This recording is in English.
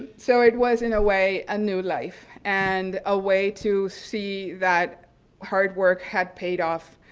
so it was in a way a new life and a way to see that hard work had paid off,